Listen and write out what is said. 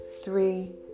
three